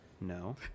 No